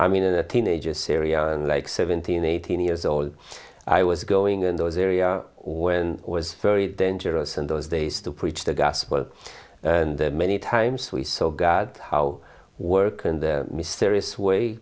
i mean a teenager syrian like seventeen eighteen years old i was going in those area when it was very dangerous in those days to preach the gospel and many times we saw god how work and the mysterious way